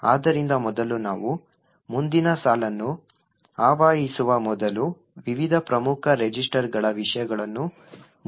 ಆದ್ದರಿಂದ ಮೊದಲು ನಾವು ಮುಂದಿನ ಸಾಲನ್ನು ಆವಾಹಿಸುವ ಮೊದಲು ವಿವಿಧ ಪ್ರಮುಖ ರಿಜಿಸ್ಟರ್ಗಳ ವಿಷಯಗಳನ್ನು ಮುದ್ರಿಸೋಣ